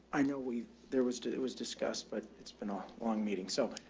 i know we've, there was to, it was discussed but it's been a long meeting. so,